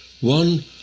One